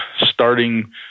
starting